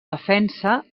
defensa